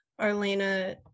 Arlena